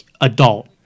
adult